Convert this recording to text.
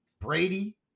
Brady